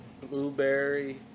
blueberry